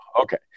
Okay